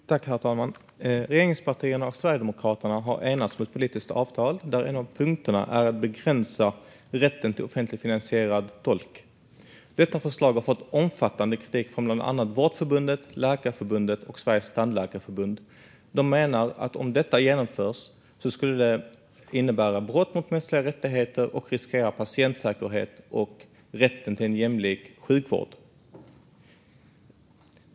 Herr talman! Regeringspartierna och Sverigedemokraterna har enats om ett politiskt avtal där en av punkterna är att begränsa rätten till offentligt finansierad tolk. Detta förslag har fått omfattande kritik från bland annat Vårdförbundet, Läkarförbundet och Sveriges Tandläkarförbund. De menar att om detta genomförs skulle det innebära brott mot de mänskliga rättigheterna och riskera patientsäkerheten och rätten till en jämlik sjukvård.